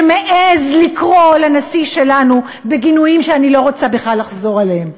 שמעז לקרוא לנשיא שלנו בגינויים שאני לא רוצה בכלל לחזור עליהם.